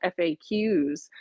FAQs